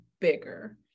bigger